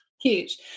huge